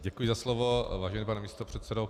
Děkuji za slovo, vážený pane místopředsedo.